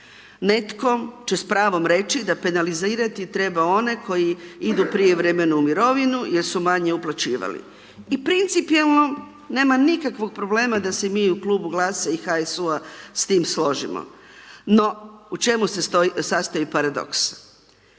Netko će s pravom reći, da penalizirati treba one koji idu u prijevremenu mirovinu, jer su manje uplaćivali i principijelno nema nikakvog problema da se mi u Klubu GLAS-a i HSU-a s tim složimo. No u čemu se sastoji paradoks,